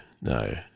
no